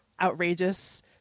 outrageous